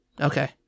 Okay